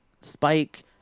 spike